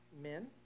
men